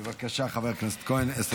בבקשה, חבר הכנסת כהן, עשר דקות.